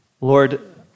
Lord